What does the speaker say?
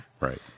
right